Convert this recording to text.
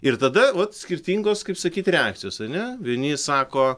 ir tada vat skirtingos kaip sakyt reakcijos ane vieni sako